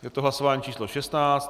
Je to hlasování číslo 16.